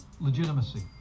legitimacy